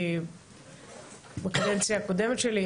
כי בקדנציה הקודמת שלי,